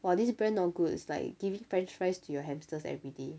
!wah! this brand not good is like giving french fries to your hamsters everyday